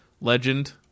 legend